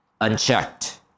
unchecked